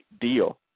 deal